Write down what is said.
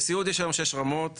בסיעוד יש היום שש רמות.